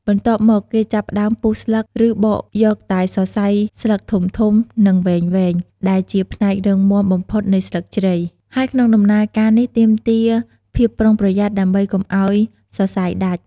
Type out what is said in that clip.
បន្ទាប់មក គេចាប់ផ្តើមពុះស្លឹក ឬបកយកតែសរសៃស្លឹកធំៗ និងវែងៗ ដែលជាផ្នែករឹងមាំបំផុតនៃស្លឹកជ្រៃ ហើយក្នុងដំណើរការនេះទាមទារភាពប្រុងប្រយ័ត្នដើម្បីកុំឲ្យសរសៃដាច់។